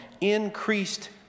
increased